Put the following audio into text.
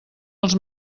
els